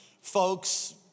folks